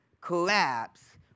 collapse